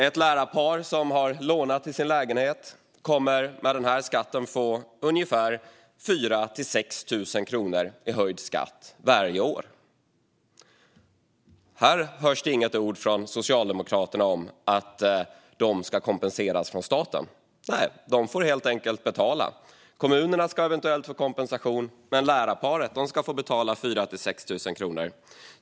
Ett lärarpar som har lånat till sin lägenhet kommer med denna skatt att få ungefär 4 000-6 000 kronor i höjd skatt varje år. Det hörs dock inte ett ord från Socialdemokraterna om att de ska kompenseras från staten. Nej, de får helt enkelt betala. Kommunerna ska eventuellt få kompensation, men lärarparet ska få betala 4 000-6 000 kronor per år.